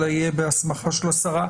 אלא יהיה בהסמכה של השרה,